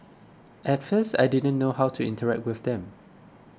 at first I didn't know how to interact with them